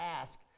ask